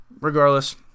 regardless